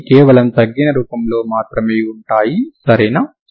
కొన్ని కేవలం తగ్గిన రూపంలో మాత్రమే ఉంటాయి సరేనా